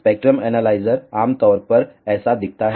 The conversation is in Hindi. स्पेक्ट्रम एनालाइजर आम तौर पर ऐसा दिखता है